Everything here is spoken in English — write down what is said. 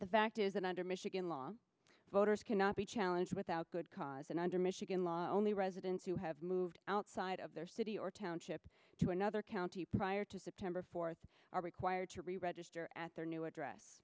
the fact is that under michigan law voters cannot be challenged without good cause and under michigan law only residents who have moved outside of their city or township to another county prior to september fourth are required to reregister at their new address